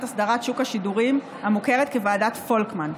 אסדרת שוק השידורים המוכרת כוועדת פולקמן.